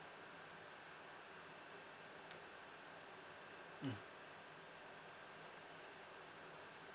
mm